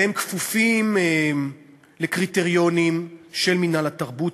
והם כפופים לקריטריונים של מינהל התרבות,